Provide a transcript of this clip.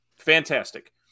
Fantastic